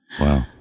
Wow